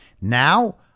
Now